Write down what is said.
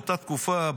באותה תקופה,